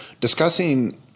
discussing